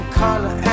color